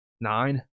Nine